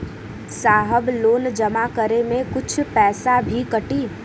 साहब लोन जमा करें में कुछ पैसा भी कटी?